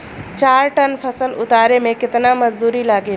चार टन फसल उतारे में कितना मजदूरी लागेला?